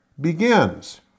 begins